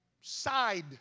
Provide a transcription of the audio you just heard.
side